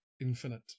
Infinite